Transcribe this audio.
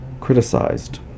criticized